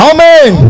Amen